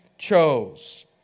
chose